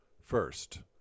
first